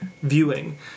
viewing